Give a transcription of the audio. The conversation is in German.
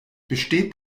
besteht